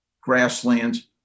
grasslands